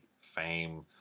fame